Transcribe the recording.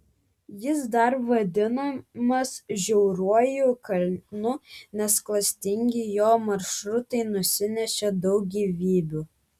jis dar vadinamas žiauriuoju kalnu nes klastingi jo maršrutai nusinešė daug gyvybių